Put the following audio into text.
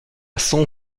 son